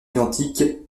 identiques